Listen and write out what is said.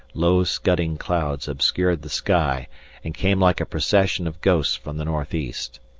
low scudding clouds obscured the sky and came like a procession of ghosts from the north-east.